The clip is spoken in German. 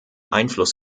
einfluss